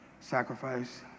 sacrifice